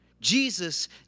Jesus